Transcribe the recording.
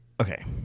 Okay